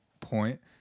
point